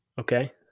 Okay